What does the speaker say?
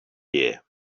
year